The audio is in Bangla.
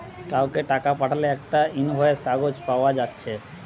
কাউকে টাকা পাঠালে একটা ইনভয়েস কাগজ পায়া যাচ্ছে